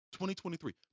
2023